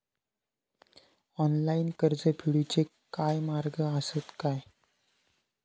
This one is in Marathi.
ऑनलाईन कर्ज फेडूचे काय मार्ग आसत काय?